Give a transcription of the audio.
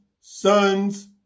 sons